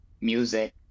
music